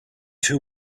too